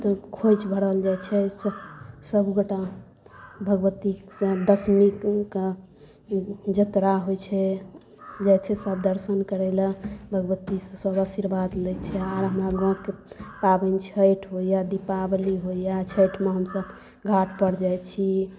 तऽ खोइँछ भरल जाइ छै सबगोटा भगवतीसँ दसमीके जतरा होइ छै जाइ छै सब दर्शन करैलए भगवतीसँ सब अशीर्वाद लै छै आओर हमरा गामके पाबनि छठि होइए दीपावली होइए छठिमे हमसब घाटपर जाइ छी